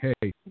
Hey